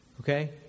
Okay